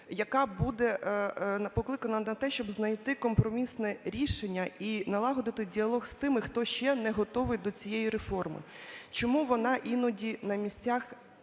яка буде покликана на те, щоб знайти компромісне рішення і налагодити діалог з тими, хто ще не готовий до цієї реформи. Чому вона іноді на місцях